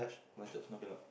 my charge now cannot